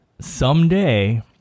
Someday